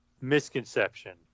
misconception